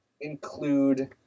include